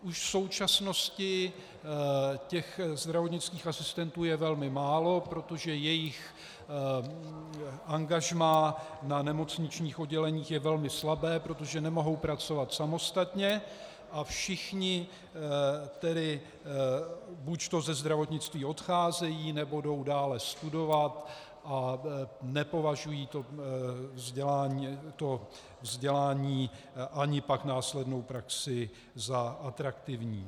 Už v současnosti těch zdravotnických asistentů je velmi málo, protože jejich angažmá na nemocničních odděleních je velmi slabé, protože nemohou pracovat samostatně, a všichni tedy buďto ze zdravotnictví odcházejí, nebo jdou dále studovat a nepovažují to vzdělání ani pak následnou praxi za atraktivní.